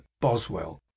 Boswell